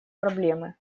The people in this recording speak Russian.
проблемы